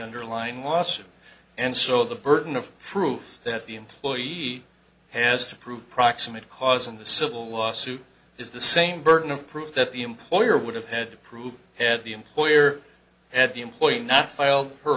underlying wasit and so the burden of proof that the employee has to prove proximate cause in the civil lawsuit is the same burden of proof that the employer would have had to prove had the employer had the employee not filed her